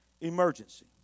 emergency